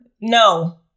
No